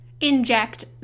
Inject